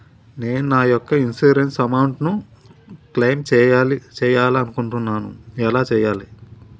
నేను నా యెక్క ఇన్సురెన్స్ అమౌంట్ ను క్లైమ్ చేయాలనుకుంటున్నా ఎలా చేయాలి?